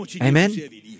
Amen